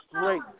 great